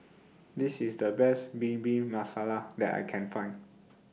This IS The Best Bhindi Masala that I Can Find